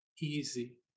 easy